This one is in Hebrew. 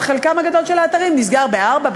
חלקם הגדול של האתרים נסגר ב-16:00,